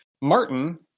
Martin